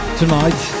tonight